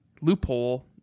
Loophole